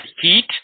heat